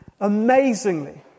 amazingly